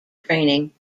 training